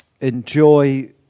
enjoy